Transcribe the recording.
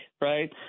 right